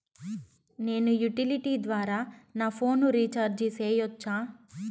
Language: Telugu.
నేను యుటిలిటీ ద్వారా నా ఫోను రీచార్జి సేయొచ్చా?